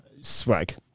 Swag